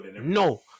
no